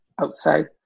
outside